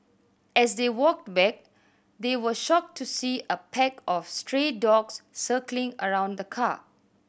as they walked back they were shocked to see a pack of stray dogs circling around the car